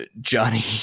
Johnny